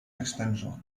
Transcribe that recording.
extenso